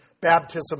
baptism